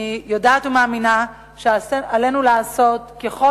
אני יודעת ומאמינה שעלינו לעשות ככל